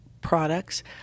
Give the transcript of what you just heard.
products